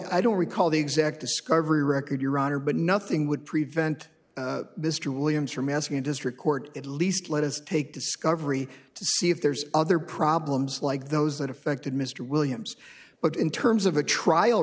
i don't recall the exact discovery record your honor but nothing would prevent mr williams from asking district court at least let us take discovery to see if there's other problems like those that affected mr williams but in terms of a trial